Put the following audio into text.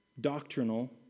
doctrinal